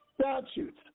statutes